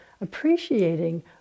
appreciating